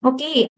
Okay